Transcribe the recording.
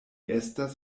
estas